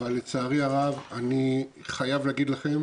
אבל לצערי הרב, אני חייב להגיד לכם